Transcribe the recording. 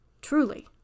truly